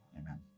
Amen